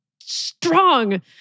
strong